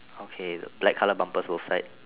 okay the black colour bumpers both side